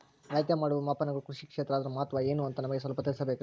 ಅಳತೆ ಮಾಡುವ ಮಾಪನಗಳು ಕೃಷಿ ಕ್ಷೇತ್ರ ಅದರ ಮಹತ್ವ ಏನು ಅಂತ ನಮಗೆ ಸ್ವಲ್ಪ ತಿಳಿಸಬೇಕ್ರಿ?